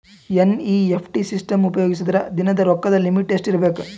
NEFT system ಉಪಯೋಗಿಸಿದರ ದಿನದ ರೊಕ್ಕದ ಲಿಮಿಟ್ ಎಷ್ಟ ಇರಬೇಕು?